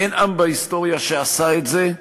אין עם בהיסטוריה שעשה את זה,